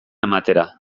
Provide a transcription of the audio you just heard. ematera